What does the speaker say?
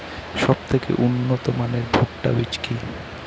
সবথেকে উন্নত মানের ভুট্টা বীজ কি?